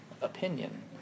opinion